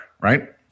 right